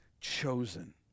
chosen